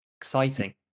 exciting